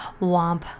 womp